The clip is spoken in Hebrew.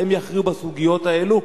הם יכריעו בסוגיות האלה.